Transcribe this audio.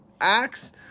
Acts